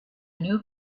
new